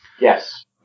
yes